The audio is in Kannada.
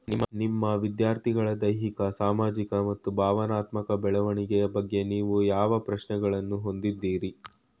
ನಿಮ್ಮ ವಿದ್ಯಾರ್ಥಿಗಳ ದೈಹಿಕ ಸಾಮಾಜಿಕ ಮತ್ತು ಭಾವನಾತ್ಮಕ ಬೆಳವಣಿಗೆಯ ಬಗ್ಗೆ ನೀವು ಯಾವ ಪ್ರಶ್ನೆಗಳನ್ನು ಹೊಂದಿದ್ದೀರಿ?